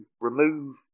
remove